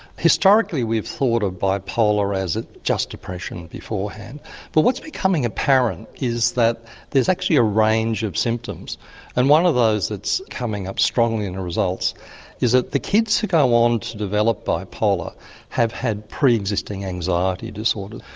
historically we've thought of bipolar as just depression beforehand but what's becoming apparent is that there's actually a range of symptoms and one of those that's coming up strongly in the results is that the kids who go on to develop bipolar have had pre-existing anxiety disorders.